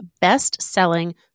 best-selling